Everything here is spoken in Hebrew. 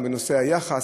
גם בנושא היחס.